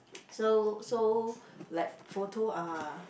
so so like photo ah